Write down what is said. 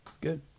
Good